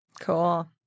Cool